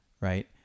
Right